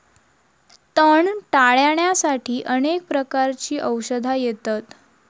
तण टाळ्याण्यासाठी अनेक प्रकारची औषधा येतत